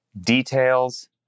details